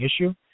issue